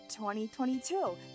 2022